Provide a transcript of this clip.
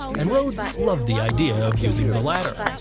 and rhodes loved the idea of using the latter.